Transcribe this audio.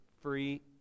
free